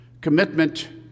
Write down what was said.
Commitment